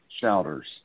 shouters